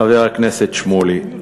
חבר הכנסת שמולי,